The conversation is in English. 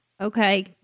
Okay